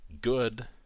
good